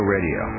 Radio